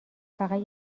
فقط